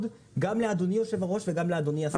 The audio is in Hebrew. גם לאדוני היושב ראש וגם לאדוני השר.